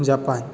Japan